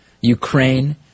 Ukraine